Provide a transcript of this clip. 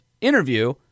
interview